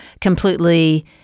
completely